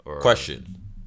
Question